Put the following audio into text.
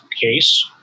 case